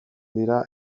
dira